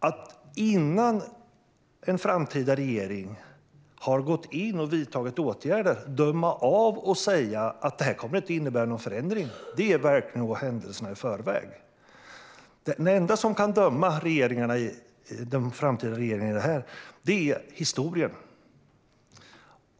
Att innan en framtida regering har gått in och vidtagit åtgärder döma ut och säga att detta inte kommer att innebära någon förändring är att gå händelserna i förväg. Det enda som kan döma de framtida regeringarna är historien.